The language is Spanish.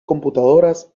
computadoras